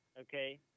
Okay